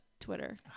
Twitter